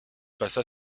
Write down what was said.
passa